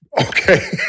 Okay